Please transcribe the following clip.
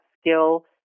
skill